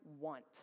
want